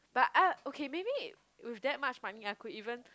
but I okay maybe with that much money I could even